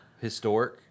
historic